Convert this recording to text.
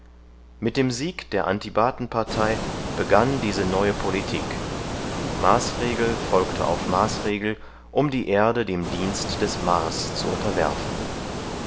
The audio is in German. mit dem sieg der antibatenpartei begann diese neue politik maßregel folgte auf maßregel um die erde dem dienst des mars zu unterwerfen